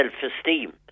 self-esteem